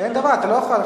אין דבר כזה, אתה לא יכול.